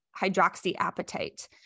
hydroxyapatite